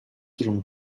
durumu